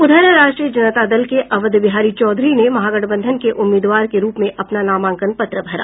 उधर राष्ट्रीय जनता दल के अवध बिहारी चौधरी ने महागठबंधन के उम्मीदवार के रूप में अपना नामांकन पत्र भरा